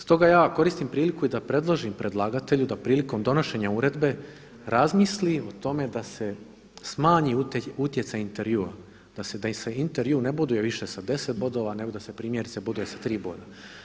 Stoga ja koristim priliku i da predložim predlagatelju da prilikom donošenja uredbe razmisli o tome da se smanji utjecaj intervjua, da se intervju više ne boduje sa 10 bodova nego da se primjerice boduje sa tri boda.